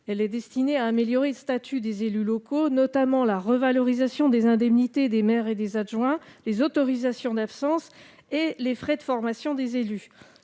DPEL est destinée à améliorer le statut des élus locaux, notamment la revalorisation des indemnités des maires et des adjoints, les autorisations d'absence et les frais de formation des élus.